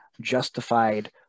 justified